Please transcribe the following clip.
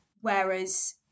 whereas